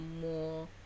more